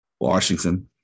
Washington